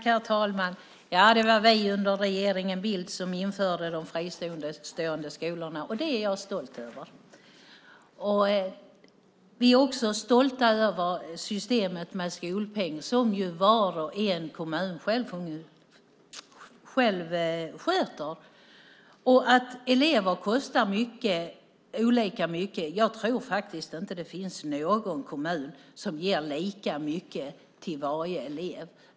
Herr talman! Ja, det var vi som under regeringen Bildt införde de fristående skolorna, och det är jag stolt över. Vi är också stolta över systemet med skolpeng, som ju varje kommun själv sköter. Elever kostar olika mycket. Jag tror inte att det finns någon kommun som ger lika mycket till varje elev.